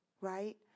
right